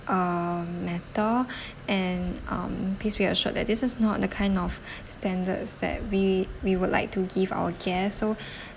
um matter and um please be assured that this is not the kind of standards that we we would like to give our guest so